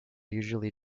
usually